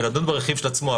לדון ברכיב של עצמו.